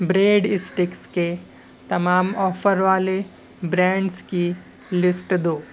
bread sticks کے تمام offer والے برانڈز کی لسٹ دو